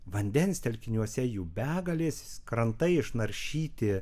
vandens telkiniuose jų begalės krantai išnaršyti